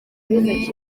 umwe